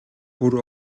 бүр